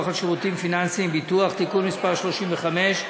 על שירותים פיננסיים (ביטוח) (תיקון מס' 35),